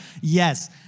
Yes